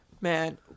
Man